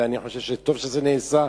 ואני חושב שטוב שזה נעשה,